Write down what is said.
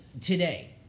today